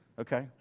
Okay